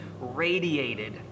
radiated